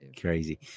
crazy